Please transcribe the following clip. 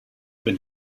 been